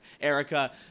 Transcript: erica